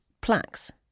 plaques